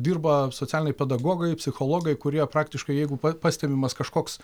dirba socialiniai pedagogai psichologai kurie praktiškai jeigu pa pastebimas kažkoks